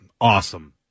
awesome